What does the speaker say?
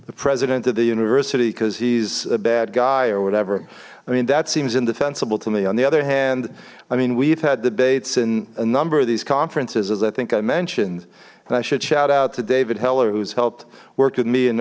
the president of the university because he's a bad guy or whatever i mean that seems indefensible to me on the other hand i mean we've had debates in a number of these conferences as i think i mentioned and i should shout out to david heller who's helped work with me and